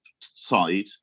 side